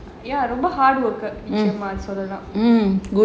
ரொம்ப:romba hard worker சொல்லலாம்:sollalaam